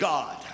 God